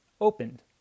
opened